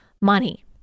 money